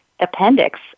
appendix